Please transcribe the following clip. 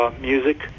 music